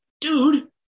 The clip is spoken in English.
dude